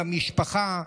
למשפחה.